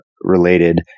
related